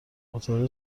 متوجه